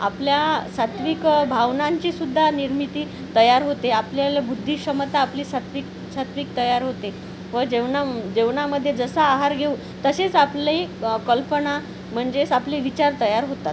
आपल्या सात्विक भावनांचीसुद्धा निर्मिती तयार होते आपल्याला बुद्धी क्षमता आपली सात्विक सात्विक तयार होते व जेवणा जेवणामध्ये जसा आहार घेऊ तसेच आपली कल्पना म्हणजेच आपले विचार तयार होतात